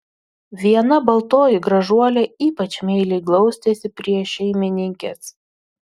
viena baltoji gražuolė ypač meiliai glaustėsi prie šeimininkės